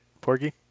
Porgy